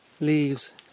Leaves